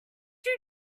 you